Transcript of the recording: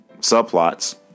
subplots